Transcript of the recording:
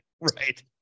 right